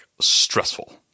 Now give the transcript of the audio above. stressful